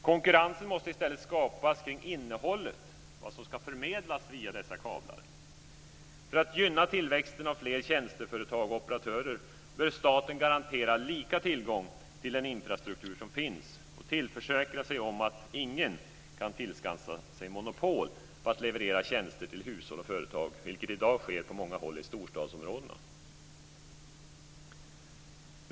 Konkurrens måste i stället skapas kring innehållet, vad som ska förmedlas via dessa kablar. För att gynna tillväxten av fler tjänsteföretag och operatörer bör staten garantera lika tillgång till den infrastruktur som finns och tillförsäkra sig att ingen kan tillskansa sig monopol på att leverera tjänster till hushåll och företag, vilket i dag sker på många håll i storstadsområdena.